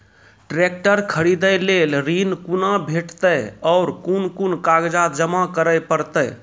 Tractor खरीदै लेल ऋण कुना भेंटते और कुन कुन कागजात जमा करै परतै?